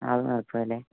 അത് മാത്രം അല്ലെ